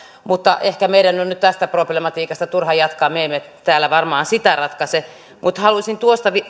mutta ehkä meidän on on nyt tästä problematiikasta turha jatkaa me emme täällä varmaan sitä ratkaise haluaisin